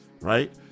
Right